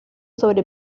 sobre